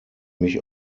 mich